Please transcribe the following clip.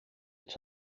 its